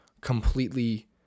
completely